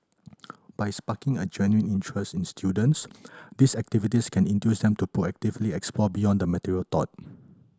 by sparking a genuine interest in students these activities can induce them to proactively explore beyond the material taught